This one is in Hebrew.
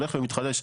הולך ומתחדש.